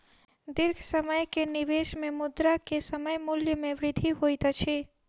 दीर्घ समय के निवेश में मुद्रा के समय मूल्य में वृद्धि होइत अछि